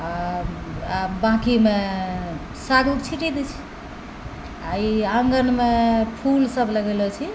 आओर बाकीमे साग उग छीटि दै छी आओर ई आङ्गनमे फूलसब लगेलऽ छी